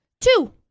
Two